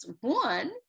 one